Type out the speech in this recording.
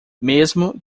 mesmo